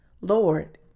Lord